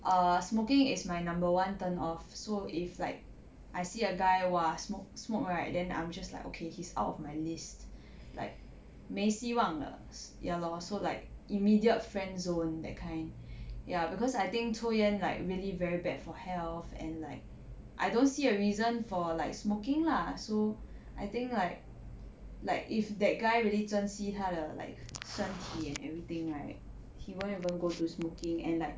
err smoking is my number one turn off so if like I see a guy !wah! smoke smoke right then I'm just like okay he's out of my list like 没希望了 ya lor so like immediate friend zone that kind ya cause I think 抽烟 like really very bad for health and like I don't see a reason for like smoking lah so I think like like if that guy really 珍惜他的 like 身体 and everything right he won't even go to smoking and like